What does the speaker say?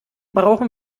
brauchen